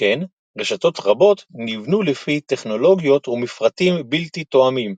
שכן רשתות רבות נבנו לפי טכנולוגיות ומפרטים בלתי־תואמים,